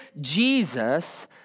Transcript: Jesus